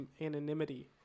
anonymity